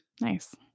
nice